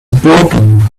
broken